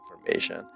information